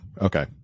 Okay